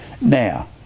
Now